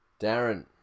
Darren